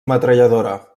metralladora